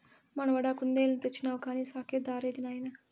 మనవడా కుందేలుని తెచ్చినావు కానీ సాకే దారేది నాయనా